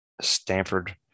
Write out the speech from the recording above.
Stanford